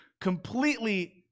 completely